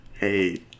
Hey